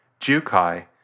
Jukai